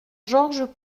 georges